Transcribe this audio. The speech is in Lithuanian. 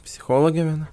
psichologė viena